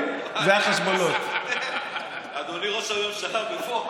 שהרי הם בחרו רשת ביטחון,